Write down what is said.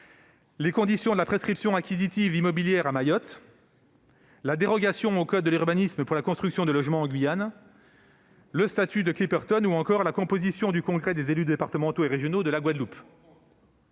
les conditions de la prescription acquisitive immobilière à Mayotte, la dérogation au code de l'urbanisme pour la construction de logements en Guyane, le statut de Clipperton ... C'est important !... ou encore la composition du congrès des élus départementaux et régionaux de la Guadeloupe.